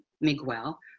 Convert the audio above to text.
miguel